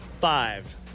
five